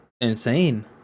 insane